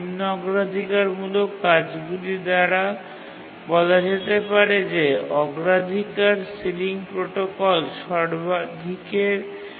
নিম্ন অগ্রাধিকারমূলক কাজগুলির সাপেক্ষে বলা যেতে পারে যে প্রাওরিটি সিলিং প্রোটোকল সব থেকে বেশি চলেছে